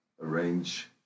arrange